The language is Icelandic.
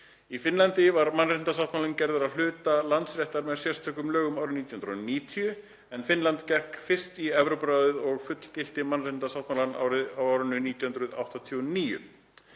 Í Finnlandi var mannréttindasáttmálinn gerður að hluta landsréttar með sérstökum lögum á árinu 1990, en Finnland gekk fyrst í Evrópuráðið og fullgilti mannréttindasáttmálann á árinu 1989.